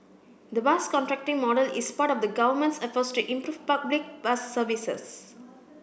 the bus contracting model is part of the Government's efforts to improve public bus services